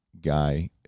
guy